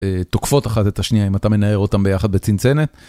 תוקפות אחת את השניה אם אתה מנער אותם ביחד בצנצנת.